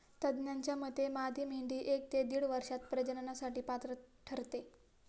तज्ज्ञांच्या मते मादी मेंढी एक ते दीड वर्षात प्रजननासाठी पात्र ठरते